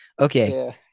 Okay